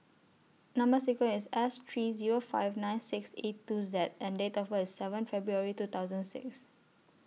Number sequence IS S three Zero five nine six eight two Z and Date of birth IS seven February two thousand six